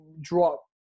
drop